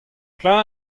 klañv